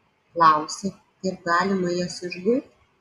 klausi kaip galima jas išguit